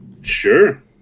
Sure